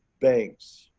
banks,